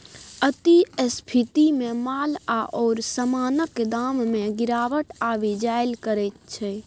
अति स्फीतीमे माल आओर समानक दाममे गिरावट आबि जाएल करैत छै